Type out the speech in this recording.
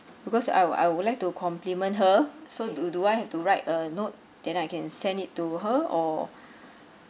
because I would I would like to compliment her so do do I have to write a note and I can send it to her or